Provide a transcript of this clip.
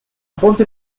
fonte